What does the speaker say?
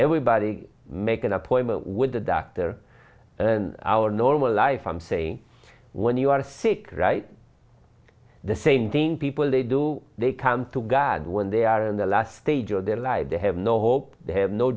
everybody make an appointment with a doctor our normal life i'm saying when you are sick right the same thing people they do they come to god when they are in the last stage of their lives they have no hope they have no